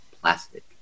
plastic